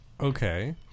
Okay